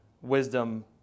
wisdom